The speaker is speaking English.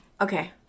Okay